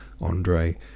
Andre